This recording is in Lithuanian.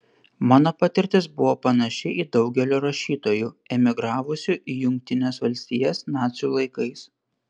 mano patirtis buvo panaši į daugelio rašytojų emigravusių į jungtines valstijas nacių laikais